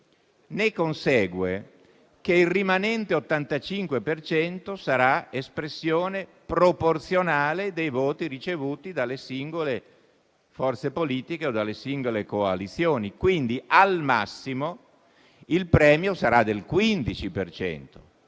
ne consegue che il rimanente 85 per cento sarà espressione proporzionale dei voti ricevuti dalle singole forze politiche, o dalle singole coalizioni. Quindi, al massimo il premio sarà del 15